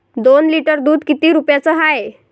दोन लिटर दुध किती रुप्याचं हाये?